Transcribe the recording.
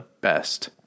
best